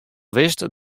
wist